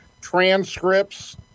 transcripts